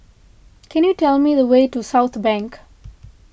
can you tell me the way to Southbank